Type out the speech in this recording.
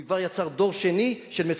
הוא כבר יצר דור שני של מצוקה.